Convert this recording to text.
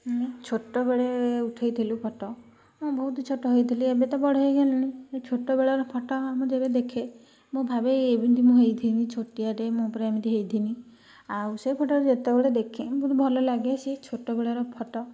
ମୁଁ ଛୋଟବେଳେ ଉଠାଇଥିଲୁ ଫଟୋ ମୁଁ ବହୁତ ଛୋଟ ହେଇଥିଲି ଏବେ ତ ବଡ଼ ହେଇଗଲିଣି ଛୋଟ ବେଳର ଫଟୋ ମୁଁ ଯେବେ ଦେଖେ ମୁଁ ଭାବେ ଏମିତି ମୁଁ ହେଇଥିଲି ଛୋଟିଆ ଟେ ମୁଁ ପୂରା ଏମିତି ହେଇଥିଲି ଆଉ ସେ ଫଟୋ ଯେତେବେଳେ ଦେଖେ ବହୁତ ଭଲ ଲାଗେ ସେ ଛୋଟ ବେଳର ଫଟୋ